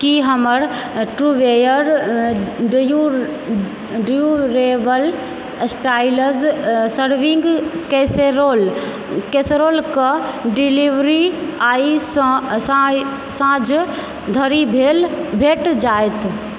की हमरा Trueware durable styles serving casserole कऽ delivery आइ साँझ धरि भेटि जायत